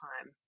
time